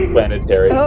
Planetary